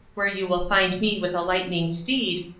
where you will find me with a lightning steed,